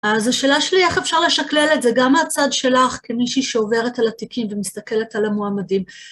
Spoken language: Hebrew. אז השאלה שלי איך אפשר לשקלל את זה, גם מהצד שלך כמישהי שעוברת על התיקים ומסתכלת על המועמדים.